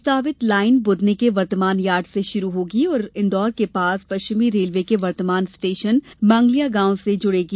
प्रस्तावित लाईन बुधनी के वर्तमान यार्ड से शुरू होगी और इंदौर के पास पश्चिमी रेलवे के वर्तमान स्टेशन मांगलियागांव से जुड़ेगी